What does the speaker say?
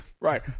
Right